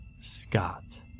Scott